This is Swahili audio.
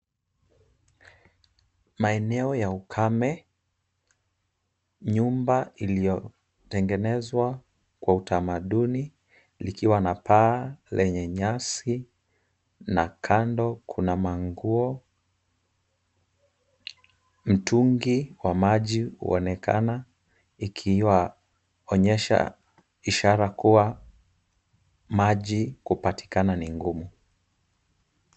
Maeneo ya ukame, nyumba iliyotengenezwa kwa utamaduni likiwa na paa lenye nyasi na kando kuna manguo, mitungi wa maji huonekana ikiwa onyesha ishara kuwa maji kupatikana ni ngumu.